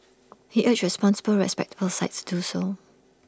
he urged responsible respectable sites to do so